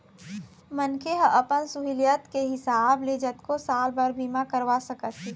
मनखे ह अपन सहुलियत के हिसाब ले जतको साल बर बीमा करवा सकत हे